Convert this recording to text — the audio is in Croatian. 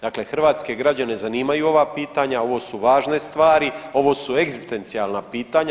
Dakle, hrvatske građane zanimaju ova pitanja, ovo su važne stvari, ovo su egzistencijalna pitanja.